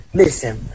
listen